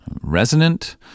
resonant